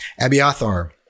Abiathar